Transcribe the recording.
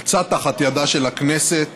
יצא תחת ידה של הכנסת